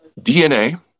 DNA